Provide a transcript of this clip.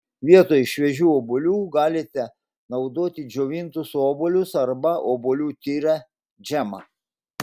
vietoj šviežių obuolių galite naudoti džiovintus obuolius arba obuolių tyrę džemą